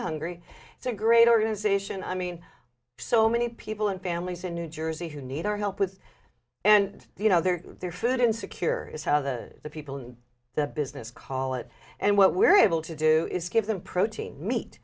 hungry it's a great organization i mean so many people and families in new jersey who need our help with and you know there their food insecurity is how the people in the business call it and what we're able to do is give them protein meat